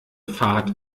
fahrt